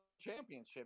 championship